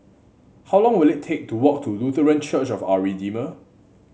how long will it take to walk to Lutheran Church of Our Redeemer